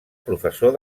professor